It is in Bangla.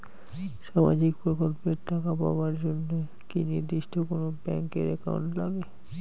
সামাজিক প্রকল্পের টাকা পাবার জন্যে কি নির্দিষ্ট কোনো ব্যাংক এর একাউন্ট লাগে?